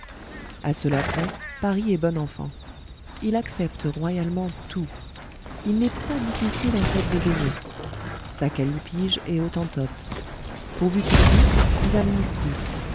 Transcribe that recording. à cela près paris est bon enfant il accepte royalement tout il n'est pas difficile en fait de vénus sa callipyge est hottentote pourvu qu'il rie il amnistie